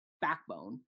backbone